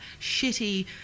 shitty